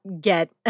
get